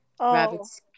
Rabbits